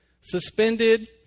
suspended